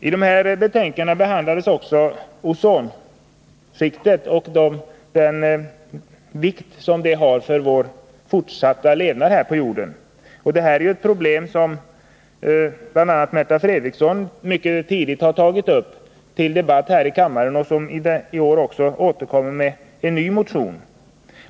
I betänkandena behandlas också ozonskiktet och den vikt som måste fästas vid det för vår fortsatta levnad här på jorden. Det här är ett problem som Märta Fredrikson tidigt har tagit upp till debatt i kammaren, och i år återkommer hon med en ny motion.